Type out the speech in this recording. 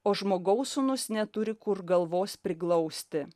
o žmogaus sūnus neturi kur galvos priglausti